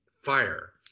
fire